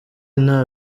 nta